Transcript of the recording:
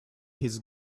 his